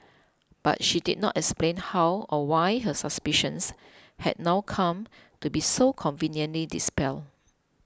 but she did not explain how or why her suspicions had now come to be so conveniently dispelled